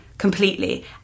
completely